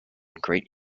great